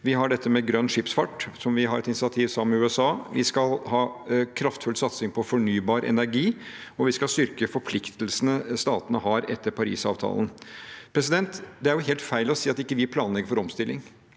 Vi har dette med grønn skipsfart, hvor vi har et initiativ sammen med USA. Vi skal ha en kraftfull satsing på fornybar energi, og vi skal styrke forpliktelsene statene har etter Parisavtalen. Det er helt feil å si at vi ikke planlegger for omstilling.